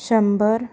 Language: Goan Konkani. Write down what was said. शंबर